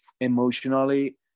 emotionally